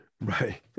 Right